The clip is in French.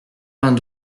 vingt